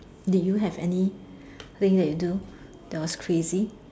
did you have anything that you do that was crazy